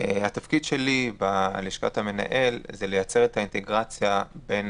התפקיד שלי בלשכת המנהל זה לייצר את האינטגרציה בין